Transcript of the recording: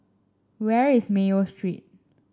where is Mayo Street